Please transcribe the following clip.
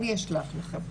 אני אשלח לך,